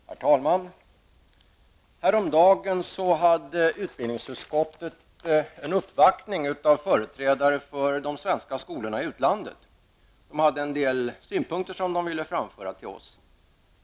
Herr talman! Häromdagen uppvaktades utbildningsutskottet av företrädare för de svenska skolorna i utlandet. De ville framföra en del synpunkter till oss.